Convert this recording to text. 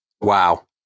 Wow